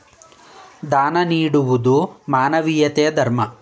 ದಾನ ನೀಡುವುದು ಮಾನವೀಯತೆಯ ಧರ್ಮ